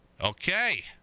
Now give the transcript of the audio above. okay